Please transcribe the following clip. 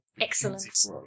Excellent